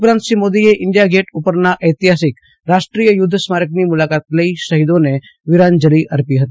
ઉપરાંત શ્રી મોદીએ India Gate પરના ઐતિફાસિક રાષ્ટ્રીય યુધ્ધ સ્મારકની મુલાકાત લઈ શહિદોને વીરાંજલી અર્પી હતી